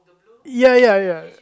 ya ya ya